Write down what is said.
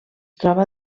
troba